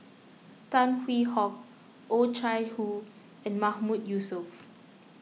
Tan Hwee Hock Oh Chai Hoo and Mahmood Yusof